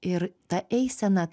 ir ta eisena